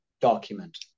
document